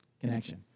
connection